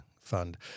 fund